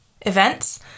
events